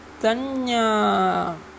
Tanya